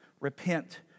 Repent